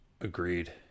agreed